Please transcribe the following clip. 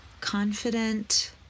confident